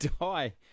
die